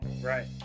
right